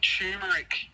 turmeric